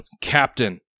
Captain